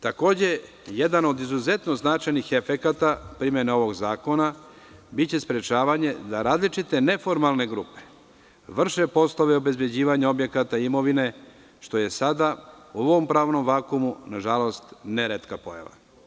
Jedan od izuzetno značajnih efekata primere ovog zakona biće sprečavanje da različite neformalne grupe vrše poslove obezbeđivanja objekata i imovine, što je sada u ovom pravnom vakumu nažalost, neretka pojava.